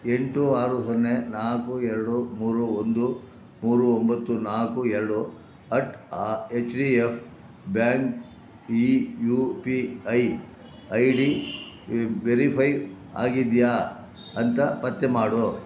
ಎಂಟು ಆರು ಸೊನ್ನೆ ನಾಲ್ಕು ಎರಡು ಮೂರು ಒಂದು ಮೂರು ಒಂಬತ್ತು ನಾಲ್ಕು ಎರಡು ಅಟ್ ಹಾಂ ಎಚ್ ಡಿ ಎಫ್ ಬ್ಯಾಂಕ್ ಈ U P I I D verify ಆಗಿದೆಯಾ ಅಂತ ಪತ್ತೆ ಮಾಡು